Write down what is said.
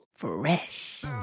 fresh